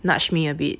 nudge me a bit